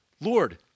Lord